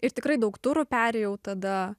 ir tikrai daug turų perėjau tada